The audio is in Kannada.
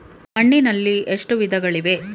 ಮಣ್ಣಿನಲ್ಲಿ ಎಷ್ಟು ವಿಧಗಳಿವೆ?